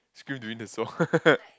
scream during the song